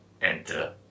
enter